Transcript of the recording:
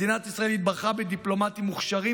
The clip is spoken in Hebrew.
מדינת ישראל התברכה בדיפלומטים מוכשרים